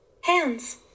hands